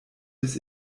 bis